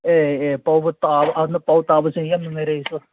ꯑꯦ ꯑꯦ ꯇꯧꯕ ꯇꯥꯕ ꯄꯥꯎ ꯇꯥꯕꯁꯤ ꯌꯥꯝ ꯅꯨꯡꯉꯥꯏꯔꯦ ꯑꯩꯁꯨ